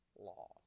law